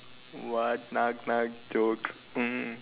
what knock knock jokes mm